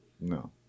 No